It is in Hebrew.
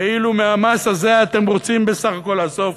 ואילו מהמס הזה אתם רוצים בסך הכול לאסוף,